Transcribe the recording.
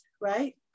right